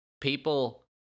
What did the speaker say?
People